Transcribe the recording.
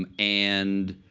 and and